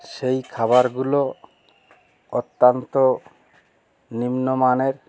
সেই খাবারগুলো অত্যন্ত নিম্নমানের